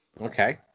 Okay